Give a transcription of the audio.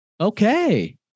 Okay